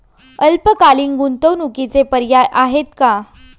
अल्पकालीन गुंतवणूकीचे पर्याय आहेत का?